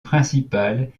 principale